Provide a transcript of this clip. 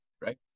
right